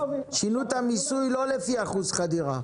שינו את המיסוי לא לפי אחוז חדירה.